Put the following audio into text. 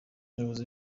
umuyobozi